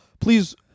Please